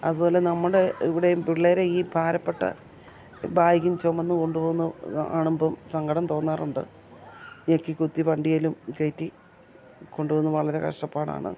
അതുപോലെ നമ്മുടെ ഇവിടേയും പിള്ളേരെ ഈ ഭാരപ്പെട്ട ബാഗും ചുമന്നുകൊണ്ടുപോകുന്ന കാണുമ്പം സങ്കടം തോന്നാറുണ്ട് ഞെക്കി കുത്തി വണ്ടിയിലും കയറ്റിക്കൊണ്ടുപോകുന്ന വളരെ കഷ്ടപ്പാടാണ്